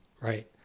right